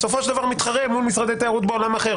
בסופו של דבר מתחרה מול משרדי התיירות בעולם אחר.